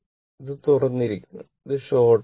ഇത് തുറന്നിരിക്കുന്നു ഇത് ഷോർട് ആണ്